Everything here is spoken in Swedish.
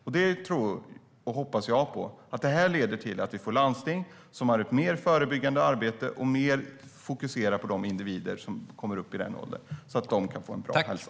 Jag tror och hoppas att det kommer att leda till att landstingen kommer att ha mer förebyggande arbete, att landstingen kommer att fokusera mer på individer som kommer upp i den åldern, så att de kan få en bra hälsa.